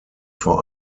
vor